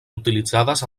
utilitzades